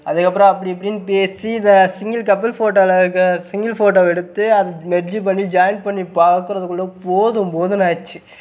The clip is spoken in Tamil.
அதுக்கப்புறம் அப்படி இப்படின்னு பேசி இதை சிங்கிள் கப்புள் ஃபோட்டோல இருக்க சிங்கிள் ஃபோட்டோவை எடுத்து அது மெர்ஜ்ஜி பண்ணி ஜாயின் பண்ணி பார்க்குறதுக்குள்ள போதும் போதும்னு ஆகிடுச்சு